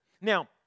Now